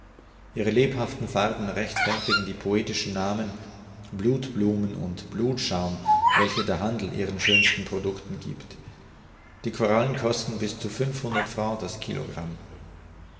ihre lebhaften farben rechtfertigen die poetischen namen blutblumen und blutschaum welche der handel ihren schönsten producten giebt die korallen kosten bis zu fünfhundert francs das